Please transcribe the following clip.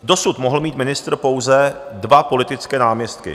Dosud mohl mít ministr pouze dva politické náměstky.